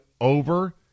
over